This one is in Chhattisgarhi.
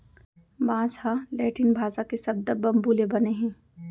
बांस ह लैटिन भासा के सब्द बंबू ले बने हे